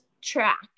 track